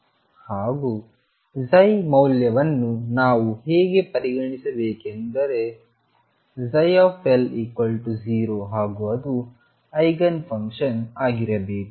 ಹಾಗೂ ψ ಮೌಲ್ಯವನ್ನು ನಾವು ಹೇಗೆ ಪರಿಗಣಿಸಬೇಕೆಂದರೆ ψ0ಹಾಗೂ ಅದು ಐಗನ್ ಫಂಕ್ಷನ್ ಆಗಿರಬೇಕು